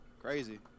Crazy